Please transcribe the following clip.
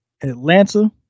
Atlanta